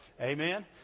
Amen